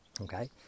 okay